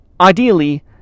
ideally